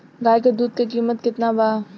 गाय के दूध के कीमत केतना बा?